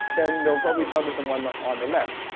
then they'll probably start with the one on the left.